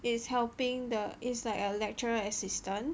is helping the he's like a lecturer assistant